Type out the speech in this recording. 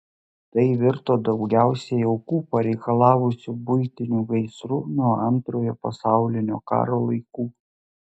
tai virto daugiausiai aukų pareikalavusiu buitiniu gaisru nuo antrojo pasaulinio karo laikų